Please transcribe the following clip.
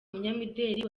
umunyamideli